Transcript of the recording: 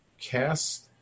cast